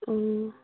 অ'